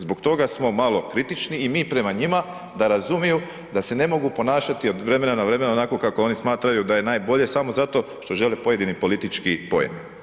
Zbog toga smo malo kritični i mi prema njima da razumiju da se ne mogu ponašati od vremena na vremena onako kako oni smatraju da je najbolje samo zato što žele pojedini politički poen.